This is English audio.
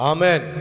Amen